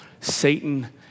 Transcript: Satan